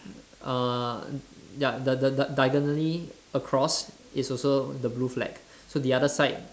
uh ya the the the diagonally across is also the blue flag so the other side